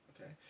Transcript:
Okay